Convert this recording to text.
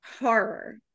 horror